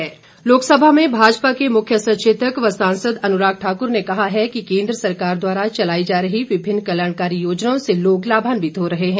अनुराग लोकसभा में भाजपा के मुख्य सचेतक व सांसद अनुराग ठाकुर ने कहा है कि केंद्र सरकार द्वारा चलाई जा रही विभिन्न कल्याणकारी योजनाओं से लोग लाभान्वित हो रहे हैं